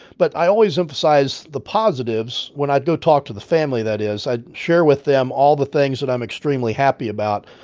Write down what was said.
but i always emphasize the positives, when i'd go talk to the family, that is. i'd share with them all the things that i'm extremely happy about.